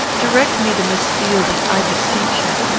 direct me to miss fielding, i beseech you.